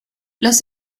los